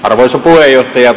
arvoisa puheenjohtaja